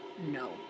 No